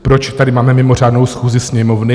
Proč tady máme mimořádnou schůzi Sněmovny?